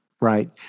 Right